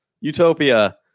Utopia